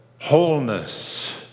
wholeness